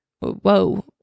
Whoa